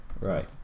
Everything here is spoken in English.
Right